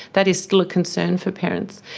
that is still a concern for parents.